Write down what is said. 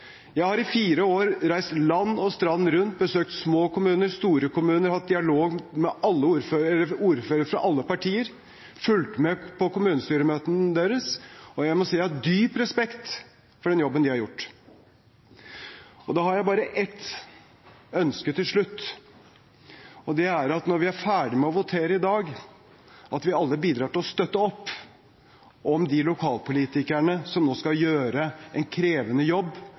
Jeg har i fire år reist land og strand rundt og besøkt små kommuner, store kommuner, hatt dialog med ordførere fra alle partier og fulgt med på kommunestyremøtene deres. Jeg må si jeg har dyp respekt for den jobben de har gjort. Da har jeg bare ett ønske til slutt, og det er at vi alle – når vi er ferdig med å votere i dag – bidrar til å støtte opp om de lokalpolitikerne som nå skal gjøre en krevende jobb